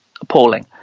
appalling